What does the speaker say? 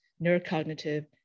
neurocognitive